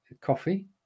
coffee